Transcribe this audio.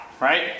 right